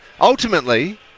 ultimately